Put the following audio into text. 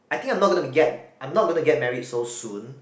I think I'm not gonna be get I'm not gonna married so soon